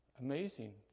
Amazing